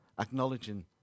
acknowledging